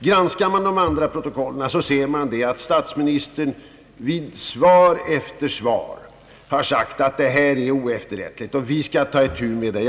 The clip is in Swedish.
Granskar man protokollen finner man, att statsministern i svar efter svar har sagt att »det här är oefterrättligt«» och »vi skall ta itu med det».